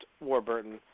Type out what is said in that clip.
Warburton